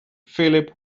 philip